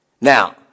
Now